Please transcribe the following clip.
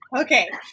Okay